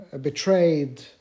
betrayed